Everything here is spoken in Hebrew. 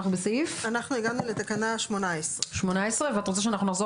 אנחנו הגענו לתקנה 18. מלווה וחיית שירות, ציוד